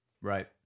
right